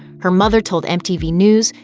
her mother told mtv news,